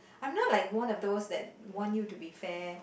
I'm not like one of those that want you to be fair